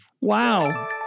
Wow